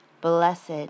blessed